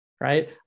right